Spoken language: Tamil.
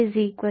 5